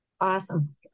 Awesome